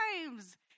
times